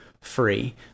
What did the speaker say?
free